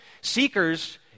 Seekers